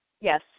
Yes